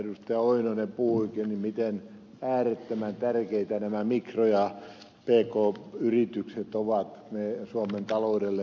lauri oinonen puhuikin miten äärettömän tärkeitä nämä mikro ja pk yritykset ovat suomen taloudelle jatkossakin